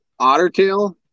Ottertail